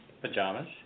Pajamas